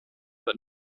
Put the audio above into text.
but